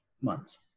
months